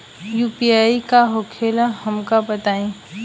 UPI का होखेला हमका बताई?